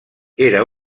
era